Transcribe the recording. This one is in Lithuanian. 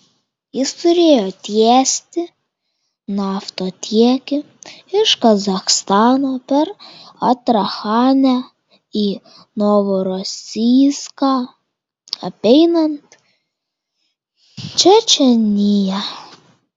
jis turėjo tiesti naftotiekį iš kazachstano per astrachanę į novorosijską apeinant čečėniją